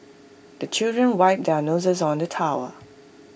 the children wipe their noses on the towel